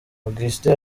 augustin